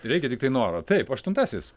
reikia tiktai noro taip aštuntasis